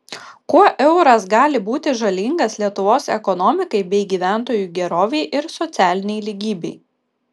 kuo euras gali būti žalingas lietuvos ekonomikai bei gyventojų gerovei ir socialinei lygybei